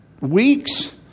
weeks